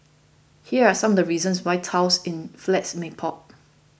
here are some the reasons why tiles in flats may pop